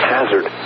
Hazard